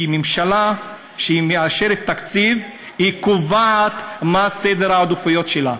כי ממשלה שמאשרת תקציב קובעת מה סדר העדיפויות שלה.